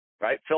right